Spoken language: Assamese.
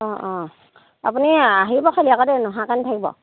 অঁ অঁ আপুনি আহিব খালি আকৌ দেই নহাকে নাথাকিব